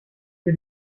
für